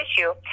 issue